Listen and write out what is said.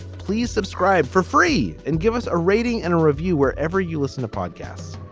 please subscribe for free and give us a rating and a review wherever you listen to podcasts.